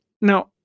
Now